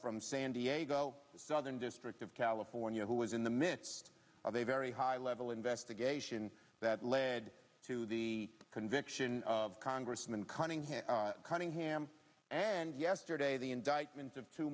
from san diego the southern district of california who was in the midst of a very high level investigation that led to the conviction of congressman cunningham cunningham and yesterday the indictments of two